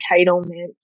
entitlement